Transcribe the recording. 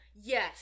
Yes